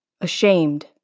Ashamed